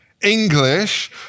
English